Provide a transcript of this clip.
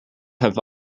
have